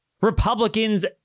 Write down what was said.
Republicans